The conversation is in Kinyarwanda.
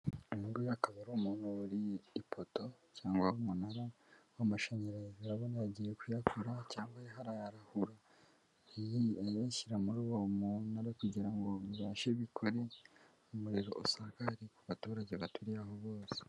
Uyu nguyu akaba ari umuntu wuriye ipoto cyangwa umunara w'amashanyarazi. Urabona agiye kuyakora cyangwa arahura ashyira muri uwo munara kugira ngo abashekore umuriro usa hari ku baturage baturiye aho bose.